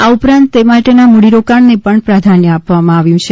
આ ઉપરાંત તે માટેના મૂડીરોકાણને પણ પ્રાધાન્ય આપવામાં આવ્યું છે